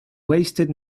wasted